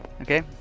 Okay